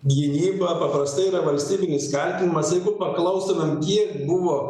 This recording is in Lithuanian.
gynyba paprastai yra valstybinis kaltinimas jeigu paklaustumėm kiek buvo